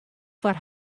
foar